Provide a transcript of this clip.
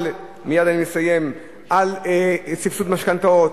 על סבסוד משכנתאות,